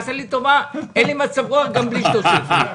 תעשה לי טובה, אין לי מצב רוח גם בלי שתוסיף לי.